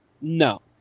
No